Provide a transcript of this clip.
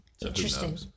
Interesting